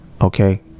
okay